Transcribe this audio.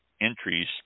entries